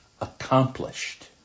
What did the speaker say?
accomplished